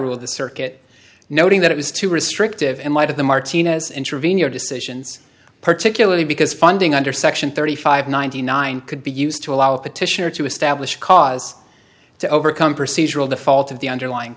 the circuit noting that it was too restrictive in light of the martinez intervene your decisions particularly because funding under section thirty five ninety nine could be used to allow a petitioner to establish cause to overcome procedural the fault of the underlying